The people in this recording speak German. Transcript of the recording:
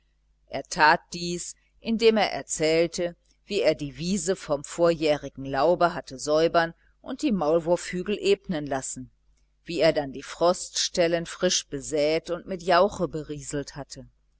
er tat dies indem er erzählte wie er dir wiese vom vorjährigen laube hatte säubern und die maulwurfhügel ebnen lassen wie er dann die froststellen frisch besät und mit jauche berieselt hatte